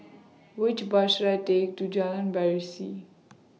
Which Bus should I Take to Jalan Berseri